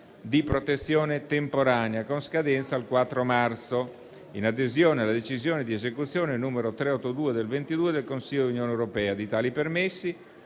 di protezione temporanea, con scadenza al 4 marzo, in adesione alla decisione di esecuzione n. 382 del 2022 del Consiglio dell'Unione europea. Di tali permessi